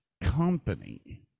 company